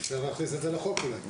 אפשר להכניס את זה לחוק אולי.